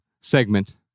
segment